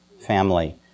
family